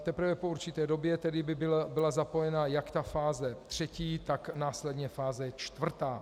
Teprve po určité době by byla zapojena jak ta fáze třetí, tak následně fáze čtvrtá.